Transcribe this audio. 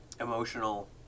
emotional